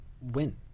win